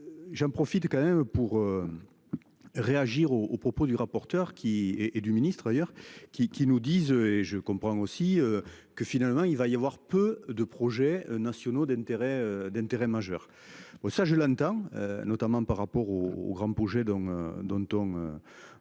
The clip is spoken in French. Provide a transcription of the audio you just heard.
J'en profite quand même pour. Réagir aux propos du rapporteur qui est et du ministre ailleurs qui qui nous disent et je comprends aussi que finalement il va y avoir peu de projets nationaux d'intérêt d'intérêt majeur. Oh ça je l'entends notamment par rapport au, au grand projet dont dont